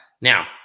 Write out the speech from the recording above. Now